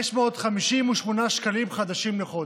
1,558 שקלים חדשים לחודש.